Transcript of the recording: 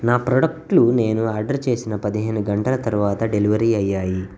నా ప్రొడక్ట్లు నేను ఆర్డర్ చేసిన పదిహేను గంటల తరువాత డెలివరీ అయ్యాయి